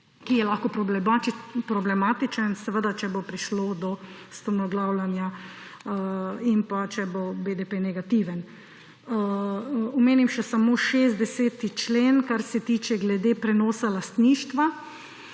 ki je lahko problematičen, seveda, če bo prišlo do strmoglavljanja in pa če bo BDP negativen. Omenim še samo 60. člen, kar se tiče glede prenosa lastništva.